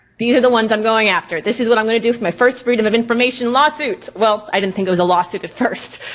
these are the ones i'm going after. this is what i'm going to do for my first freedom of information lawsuit. well i didn't think it was a lawsuit at first.